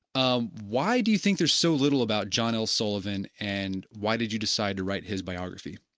um why do you think there is so little about john l. sullivan and why did you decide to write his biography?